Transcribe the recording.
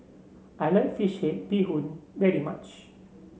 I like fish head Bee Hoon very much